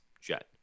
jet